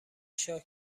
شاه